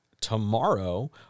tomorrow